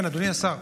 כן, אדוני השר.